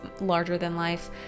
larger-than-life